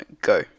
go